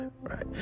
right